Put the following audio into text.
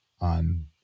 on